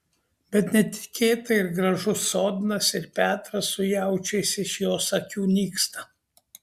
bet netikėtai ir gražus sodnas ir petras su jaučiais iš jos akių nyksta